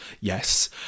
yes